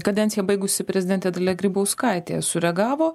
kadenciją baigusi prezidentė dalia grybauskaitė sureagavo